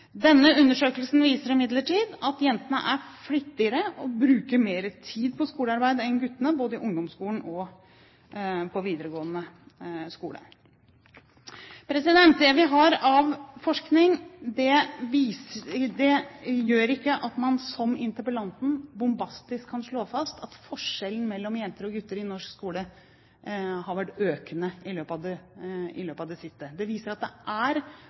Denne undersøkelsen viser imidlertid at jentene er flittigere og bruker mer tid på skolearbeidet enn guttene, både i ungdomsskolen og på videregående skole. Det vi har av forskning, gjør ikke at man som interpellanten bombastisk kan slå fast at forskjellen mellom jenter og gutter i norsk skole har vært økende i det siste. Det viser at det er